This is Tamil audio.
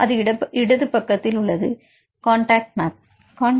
அது இடது பக்கத்தில் உள்ளது கான்டக்ட் மேப் Contact map